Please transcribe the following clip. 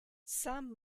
some